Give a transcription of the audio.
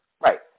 right